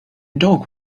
dog